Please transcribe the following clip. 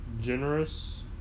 Generous